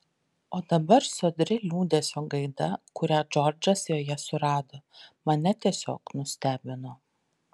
o dabar sodri liūdesio gaida kurią džordžas joje surado mane tiesiog nustebino